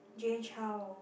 Jay-Chou